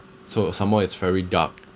so some more it's very dark